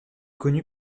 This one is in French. connu